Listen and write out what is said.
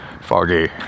foggy